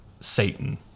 Satan